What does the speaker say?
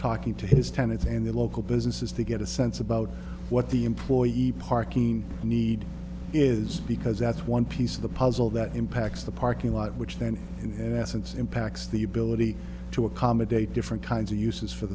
talking to his tenants and the local businesses to get a sense about what the employee parking need is because that's one piece of the puzzle that impacts the parking lot which then in essence impacts the ability to accommodate different kinds of uses for